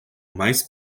mais